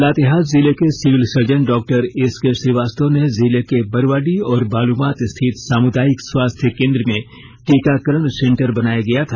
लातेहार जिले के civil surgeon डॉ एसके श्रीवास्तव ने जिले के बरवाडीह और बालुमाथ स्थित सामुदायिक स्वास्थ्य केंद्र में टीकाकरण सेन्टर बनाया गया था